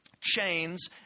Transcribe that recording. chains